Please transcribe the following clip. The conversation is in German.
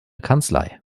kanzlei